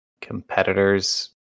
competitors